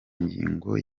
ngingo